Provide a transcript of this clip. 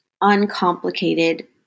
uncomplicated